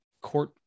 court